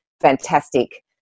fantastic